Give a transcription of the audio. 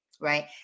right